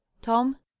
tom!